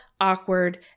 awkward